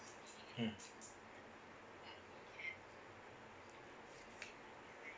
mm